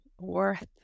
worth